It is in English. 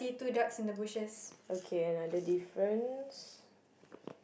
okay another difference